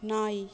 நாய்